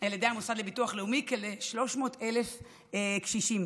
על ידי המוסד לביטוח לאומי לכ-300,000 קשישים